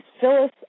Phyllis